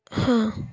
ಹಾಂ